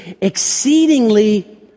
exceedingly